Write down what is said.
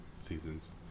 seasons